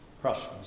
Prussians